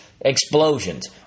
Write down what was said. explosions